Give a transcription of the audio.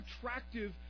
attractive